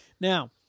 Now